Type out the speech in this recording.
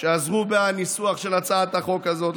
שעזרו בניסוח של הצעת החוק הזאת,